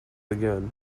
again